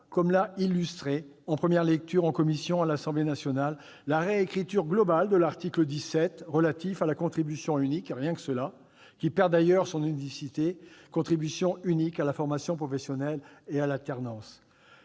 comme l'a illustré en première lecture en commission à l'Assemblée nationale la réécriture globale de l'article 17 relatif à la contribution unique- rien que cela !-, qui perd d'ailleurs son unicité, à la formation professionnelle et à l'alternance.